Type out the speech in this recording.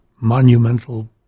monumental